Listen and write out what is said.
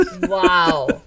Wow